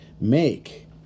Make